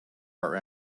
our